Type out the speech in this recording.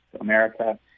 America